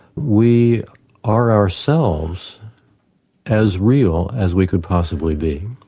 we are ourselves as real as we could possibly be.